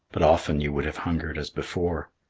but often you would have hungered as before.